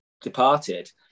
departed